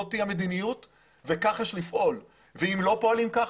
זאת המדיניות וכך יש לפעול ואם לא פועלים כך,